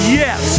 yes